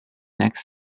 next